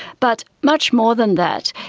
but much more than that,